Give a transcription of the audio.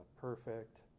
perfect